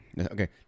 okay